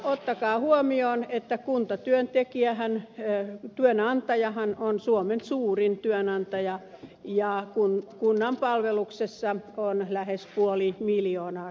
ottakaa huomioon että kuntatyönantajahan on suomen suurin työnantaja ja kunnan palveluksessa on lähes puoli miljoonaa suomalaista